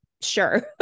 sure